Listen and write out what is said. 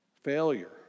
Failure